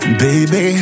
baby